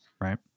Right